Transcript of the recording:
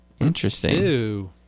interesting